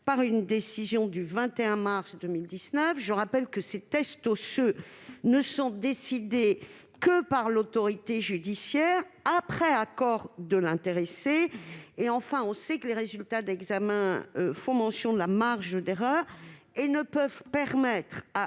dans sa décision du 21 mars 2019. Je rappelle que ces tests osseux ne sont décidés que par l'autorité judiciaire, après accord de l'intéressé. On sait également que les résultats d'examen font mention de la marge d'erreur et ne peuvent permettre à